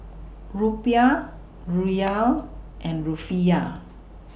Rupiah Riel and Rufiyaa